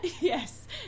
yes